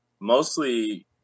Mostly